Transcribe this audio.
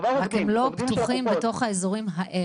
כבר עובדים -- רק הם לא פתוחים בתוך האזורים האלה,